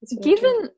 given